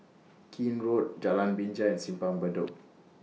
Keene Road Jalan Binja Simpang Bedok